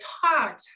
taught